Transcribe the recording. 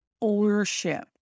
ownership